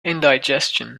indigestion